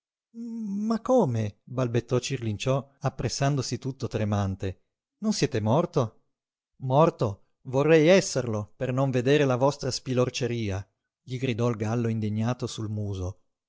ma come balbettò cirlinciò appressandosi tutto tremante non siete morto morto vorrei esserlo per non vedere la vostra spilorceria gli gridò il gallo indignato sul muso